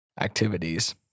activities